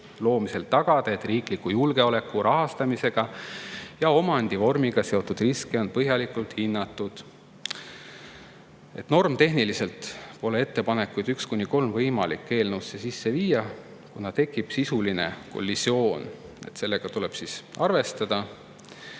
loomisel tagada, et riikliku julgeoleku rahastamisega ja omandivormiga seotud riske on põhjalikult hinnatud. Normitehniliselt pole ettepanekuid nr 1–3 võimalik eelnõusse sisse viia, kuna tekib sisuline kollisioon. Sellega tuleb